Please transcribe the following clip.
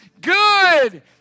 good